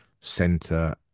center